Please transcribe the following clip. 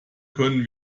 können